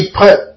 put